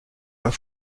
pas